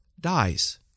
dies